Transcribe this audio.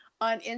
on